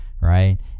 right